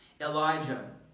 Elijah